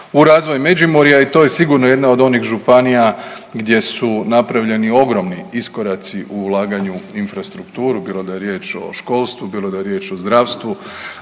u razvoj Međimurja i to je sigurno jedna od onih županija gdje su napravljeni ogromni iskoraci u ulaganju infrastrukturu, bilo da je riječ o školstvu, bilo da je riječ o zdravstvu,